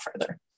further